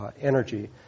energy